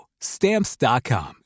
stamps.com